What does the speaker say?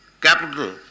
capital